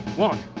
one,